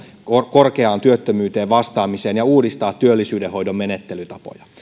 korkeaan työttömyyteen vastaamiseen ja uudistaa työllisyydenhoidon menettelytapoja